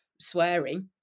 swearing